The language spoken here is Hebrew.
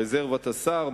רזרבת השר,